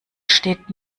steht